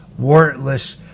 warrantless